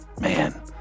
man